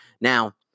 Now